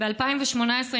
2018,